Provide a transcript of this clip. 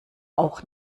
auch